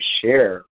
share